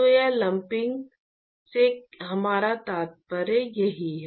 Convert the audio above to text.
तो यहाँ लंपिंग से हमारा तात्पर्य यही है